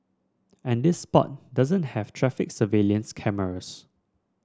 and this spot doesn't have traffic surveillance cameras